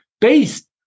based